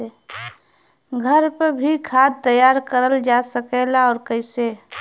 घर पर भी खाद तैयार करल जा सकेला और कैसे?